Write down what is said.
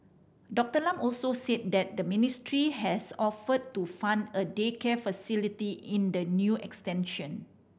Doctor Lam also said that the ministry has offered to fund a daycare facility in the new extension